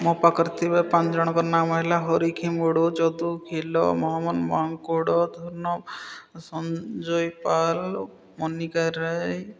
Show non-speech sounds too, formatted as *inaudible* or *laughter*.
ମୋ ପାଖରେ ଥିବା ପାଞ୍ଚ ଜଣଙ୍କ ନାମ ହେଲା ହରି କ୍ଷିମୁଡ଼ୁ ଯଦୁ *unintelligible* ମହମନ ମାଙ୍କୁଡ଼ ଧର୍ଣ ସଞ୍ଜୟ ପାଲ ମନିକା ରାୟ